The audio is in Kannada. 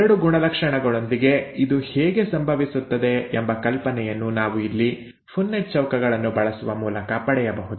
ಎರಡು ಗುಣಲಕ್ಷಣಗಳೊಂದಿಗೆ ಇದು ಹೇಗೆ ಸಂಭವಿಸುತ್ತದೆ ಎಂಬ ಕಲ್ಪನೆಯನ್ನು ನಾವು ಇಲ್ಲಿ ಪುನ್ನೆಟ್ಟ್ ಚೌಕಗಳನ್ನು ಬಳಸುವ ಮೂಲಕ ಪಡೆಯಬಹುದು